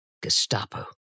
Gestapo